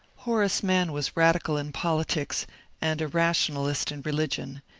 horace mann was radical in politics and a rationalist in religion,